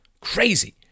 crazy